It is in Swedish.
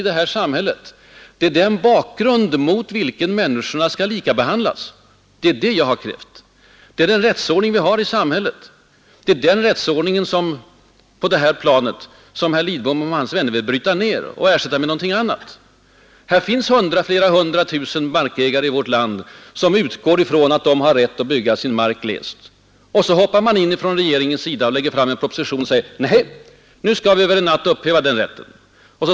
Det är mot den bakgrunden som människorna skall likabehandlas. Det är vad jag har krävt. Det är den rättsordning vi har i samhället, och det är den som herr Lidbom och hans vänner vill bryta ned och ersätta med någonting annat. Det finns flera hundra tusen markägare i vårt land som utgår från att de har rätt att bygga sin mark glest. Så hoppar regeringen in och lägger fram en proposition som över en natt vill upphäva den rätten.